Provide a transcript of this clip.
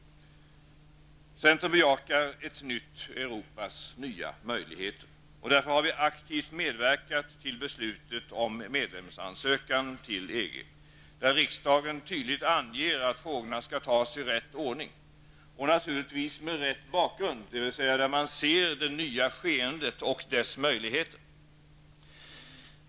Centern bejakar ett nytt Europas nya möjligheter. Därför har vi aktivt medverkat till beslutet om att ansöka om medlemskap i EG. Riksdagen anger tydligt att frågorna skall tas i rätt ordning. Och naturligtvis med rätt bakgrund, dvs där man ser det nya skeendet och dess möjligheter.